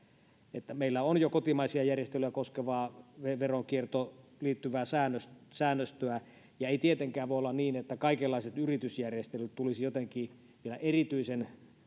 että meillä on jo kotimaisia järjestelyjä koskevaa veronkiertoon liittyvää säännöstöä eikä tietenkään voi olla niin että kaikenlaiset yritysjärjestelyt tulisivat jotenkin vielä erityisen